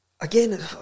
Again